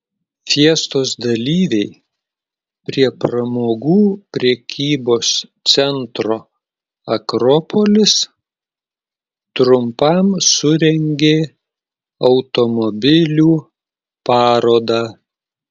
fiestos dalyviai prie pramogų prekybos centro akropolis trumpam surengė automobilių parodą